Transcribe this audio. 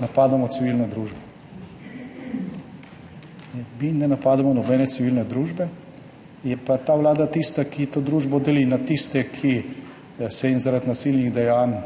napadamo civilno družbo. Mi ne napadamo nobene civilne družbe, je pa ta vlada tista, ki to družbo deli na tiste, ki se jim zaradi nasilnih dejanj